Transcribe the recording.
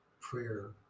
prayer